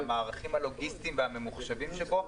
על המערכים הלוגיסטיים והממוחשבים שבו,